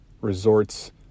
resorts